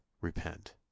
Repent